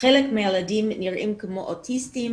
חלק מהילדים נראים כמו אוטיסטים,